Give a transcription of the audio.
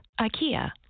IKEA